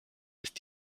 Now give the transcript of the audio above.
ist